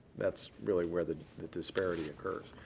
that's really where the the disparity occurs.